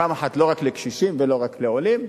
פעם אחת לא רק לקשישים ולא רק לעולים,